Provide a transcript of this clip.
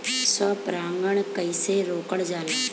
स्व परागण कइसे रोकल जाला?